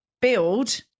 build